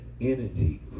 energy